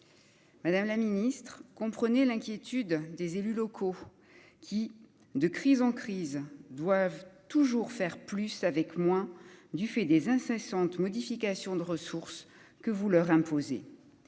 Madame la Ministre comprenait l'inquiétude des élus locaux qui, de crise en crise doivent toujours faire plus avec moins, du fait des incessantes modifications de ressources que vous leur imposez,